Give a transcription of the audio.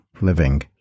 living